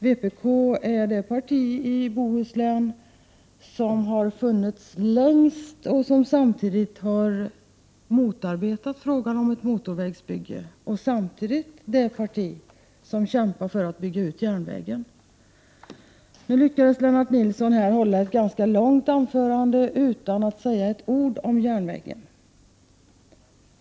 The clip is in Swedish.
Vpk är det parti i Bohuslän som har funnits längst och som dessutom har motarbetat frågan om ett motorvägsbygge. Samtidigt är vi det parti som kämpar för att bygga ut järnvägen. Nu lyckades Lennart Nilsson hålla ett ganska långt anförande utan att säga ett ord om järnvägen.